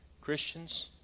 Christians